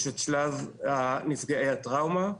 את שלב נפגעי הטראומה,